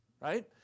right